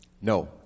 No